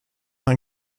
ein